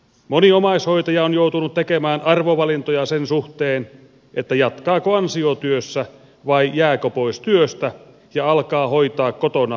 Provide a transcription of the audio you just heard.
moni omaishoitaja on joutunut tekemään arvovalintoja sen suhteen jatkaako ansiotyössä vai jääkö pois työstä ja alkaa hoitaa kotonaan omaistaan